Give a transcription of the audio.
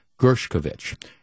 Gershkovich